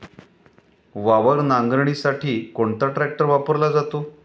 वावर नांगरणीसाठी कोणता ट्रॅक्टर वापरला जातो?